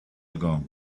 ago